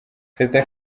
perezida